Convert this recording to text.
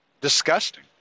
disgusting